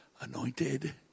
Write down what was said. anointed